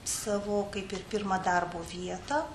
savo kaip ir pirmą darbo vietą